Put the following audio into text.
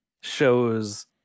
shows